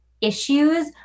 issues